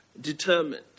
determined